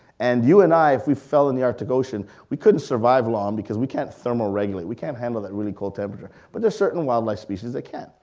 and you and i, if you fell in the arctic ocean, we couldn't survive long because we can't thermoregulate. we can't handle that really cold temperature. but there's certain wildlife species that can.